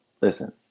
Listen